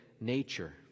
nature